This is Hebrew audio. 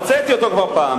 הוצאתי אותו כבר פעם.